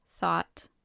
thought